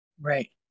Right